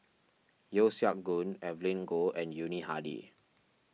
Yeo Siak Goon Evelyn Goh and Yuni Hadi